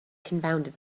confounded